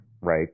Right